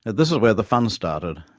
and this is where the fun started.